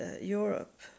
Europe